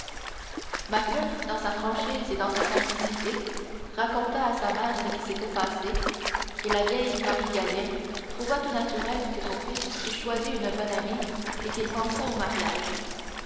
dans sa franchise et dans sa simplicité raconta à sa mère ce qui s'était passé et la vieille marie gallien trouva tout naturel que son fils eût choisi une bonne amie et qu'il pensât au mariage